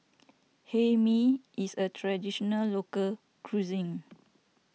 Hae Mee is a Traditional Local Cuisine